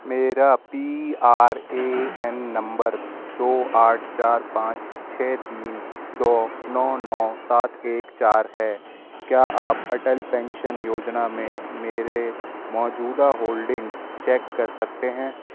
میرا P R A N نمبر دو آٹھ چار پانچ چھ تین دو نو نو سات ایک چار ہے کیا آپ اٹل پینشن یوجنا میں میرے موجودہ ہولڈنگس چیک کر سکتے ہیں